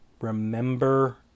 remember